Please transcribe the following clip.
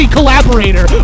collaborator